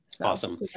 Awesome